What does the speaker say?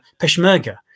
peshmerga